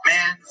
Man